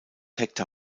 hektar